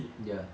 ya